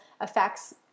affects